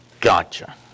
Gotcha